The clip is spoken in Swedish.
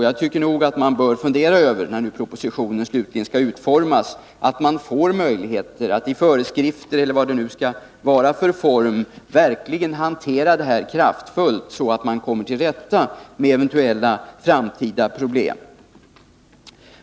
Jag tycker nog att man skall fundera över, när propositionen nu slutligen skall utformas, om det inte bör ges någon form av föreskrifter om att detta verkligen skall hanteras kraftfullt, så att vi kommer till rätta med eventuella framtida problem.